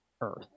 earth